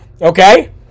Okay